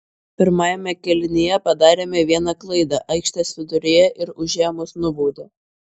pirmajame kėlinyje padarėme vieną klaidą aikštės viduryje ir už ją mus nubaudė